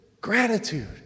Gratitude